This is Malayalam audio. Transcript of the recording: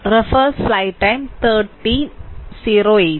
അതിനാൽ ശ്രദ്ധിക്കുക v1 v